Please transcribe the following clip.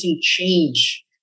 change